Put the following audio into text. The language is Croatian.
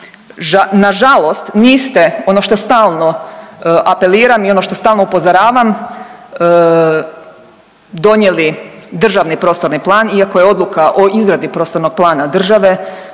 Nažalost niste ono što stalno apeliram i ono što stalno upozoravam donijeli državni prostorni plan iako je odluka o izradi prostornog plana države